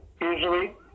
Usually